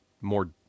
more